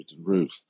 Ruth